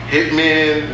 Hitman